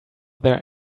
there